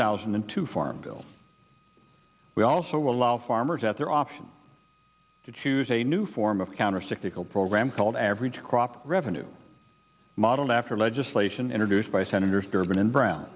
thousand and two farm bill we also allow farmers at their option to choose a new form of countercyclical program called average crop revenue modeled after legislation introduced by senator durbin and brown